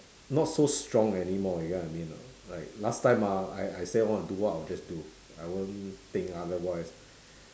not so strong anymore you get what I mean or not like last time ah I I say want to do what I will just do I won't think otherwise